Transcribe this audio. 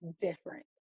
different